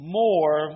more